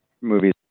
movies